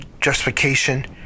justification